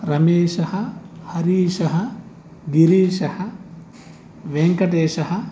रमेशः हरीशः गिरीशः वेङ्कटेशः